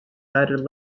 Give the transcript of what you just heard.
added